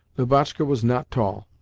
lubotshka was not tall,